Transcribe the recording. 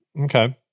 Okay